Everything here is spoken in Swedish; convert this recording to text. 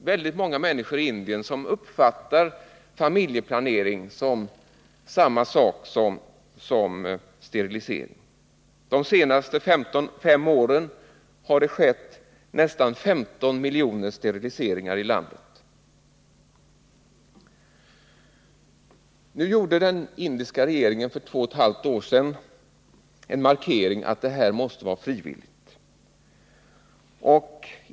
Väldigt många människor i Indien uppfattar i dag familjeplanering som samma sak som sterilisering. De senaste fem åren har det skett nästan 15 miljoner steriliseringar i landet. För två och ett halvt år sedan gjorde den indiska regeringen en markering att sterilisering måste vara frivillig.